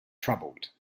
troubled